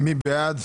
מי בעד?